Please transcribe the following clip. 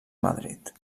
madrid